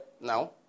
now